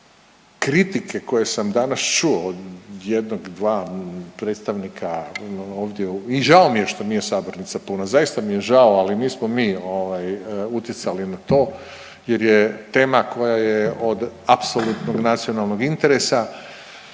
kritike koje sam danas čuo od jednog, dva predstavnika ovdje i žao mi je što nije sabornica puna, zaista mi je žao ali nismo mi utjecali na to jer je tema koja je od apsolutnog nacionalnog interesa.